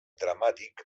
dramàtic